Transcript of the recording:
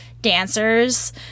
Dancers